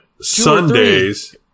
Sundays